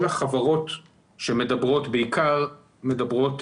כל החברות שמדברות, בעיקר מדברות